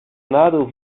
nadeel